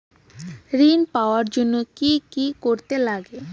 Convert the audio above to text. ঋণ পাওয়ার জন্য কি কি করতে লাগে?